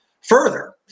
further